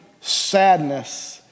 sadness